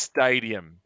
Stadium